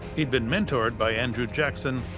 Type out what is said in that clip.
he'd been mentored by andrew jackson,